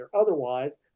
otherwise